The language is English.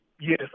Yes